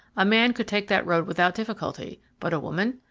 a man could take that road without difficulty but a woman!